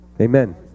Amen